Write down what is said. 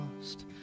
lost